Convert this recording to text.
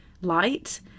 light